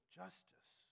justice